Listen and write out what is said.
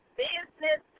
business